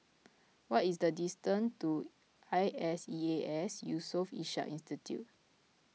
what is the distance to I S E A S Yusof Ishak Institute